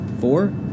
Four